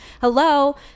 hello